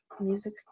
music